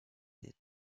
tête